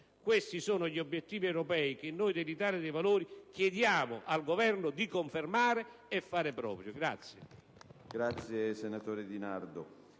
Questi sono gli obiettivi europei che noi dell'Italia dei Valori chiediamo al Governo di confermare e fare propri.